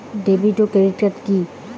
David ও credit card কি?